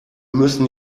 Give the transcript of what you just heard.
müssen